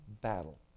battle